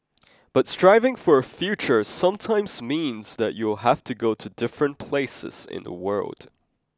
but striving for a future sometimes means that you will have to go to different places in the world